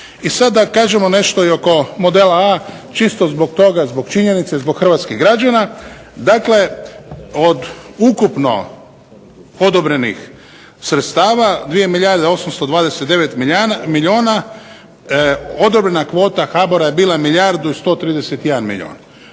I sada da kažemo nešto oko modela A čisto zbog činjenice, zbog hrvatskih građana. dakle, od ukupno odobrenih sredstava 2 milijarde 829 milijuna odobrena kvota HBOR-a bila milijardu 131 milijun.